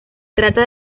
trata